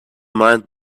mind